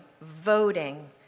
voting